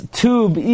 tube